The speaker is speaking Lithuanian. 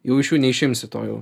jau iš jų neišimsi to jau